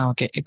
Okay